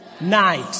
night